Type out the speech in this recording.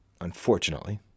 unfortunately